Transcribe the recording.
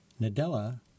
Nadella